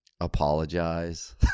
apologize